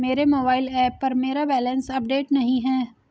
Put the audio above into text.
मेरे mobile app पर मेरा बैलेंस अपडेट नहीं है